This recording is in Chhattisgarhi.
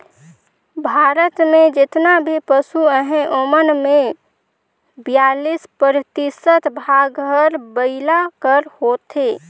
भारत में जेतना भी पसु अहें ओमन में बियालीस परतिसत भाग हर बइला कर होथे